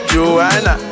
Joanna